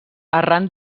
arran